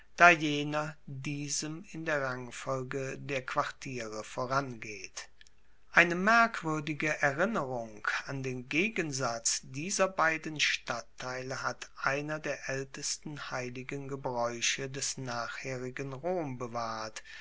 diesem in der rangfolge der quartiere vorangeht eine merkwuerdige erinnerung an den gegensatz dieser beiden stadtteile hat einer der aeltesten heiligen gebraeuche des nachherigen rom bewahrt